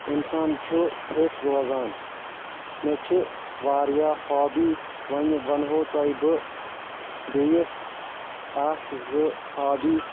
انسان چھُ فِٹ روزان مےٚ چھِ واریاہ ہابی وۄنۍ ونہو تۄہہِ بہٕ بییٚہِ اکھ زٕ ہابی